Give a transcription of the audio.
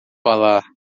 falar